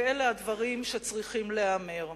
ואלה הדברים שצריכים להיאמר.